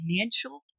financial